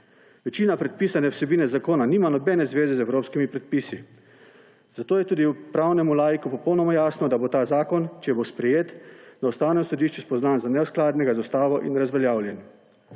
Večina predpisane vsebine zakona nima nobene zveze z evropskimi predpisi, zato je tudi pravnemu laiku popolnoma jasno, da bo ta zakon, če bo sprejet, na Ustavnem sodišču spoznan za neskladnega z Ustavo in razveljavljen.